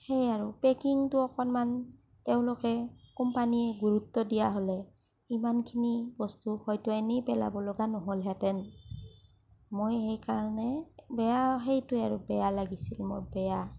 সেয়েই আৰু পেকিঙটো অকণমান তেওঁলোকে কোম্পানীয়ে গুৰুত্ব দিয়া হ'লে ইমানখিনি বস্তু হয়টো এনেই পেলাব লগা নহ'লহেতেন মই সেইকাৰণে বেয়া সেইটোৱে আৰু বেয়া লাগিছিল মোৰ বেয়া